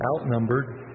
outnumbered